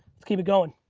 let's keep it going.